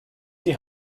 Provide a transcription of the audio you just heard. die